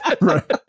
Right